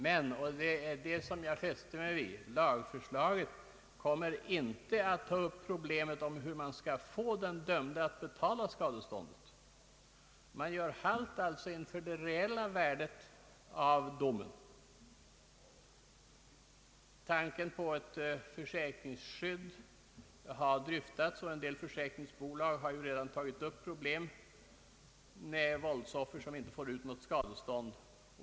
Men jag fäste mig vid att lagförslaget inte kommer att ta upp problemet om hur man skall få den dömde att betala skadeståndet. Man gör alltså halt inför frågan om domens reella värde. Tanken på ett försäkringsskydd har dryftats, och en del försäkringsbolag har redan tagit upp till behandling problemet med våldsoffer som inte får ut något skadestånd.